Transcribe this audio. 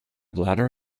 bladder